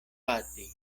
bati